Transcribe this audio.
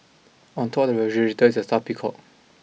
on top of the refrigerator there is a stuffed peacock